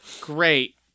great